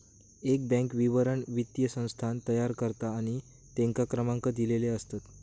एक बॅन्क विवरण वित्तीय संस्थान तयार करता आणि तेंका क्रमांक दिलेले असतत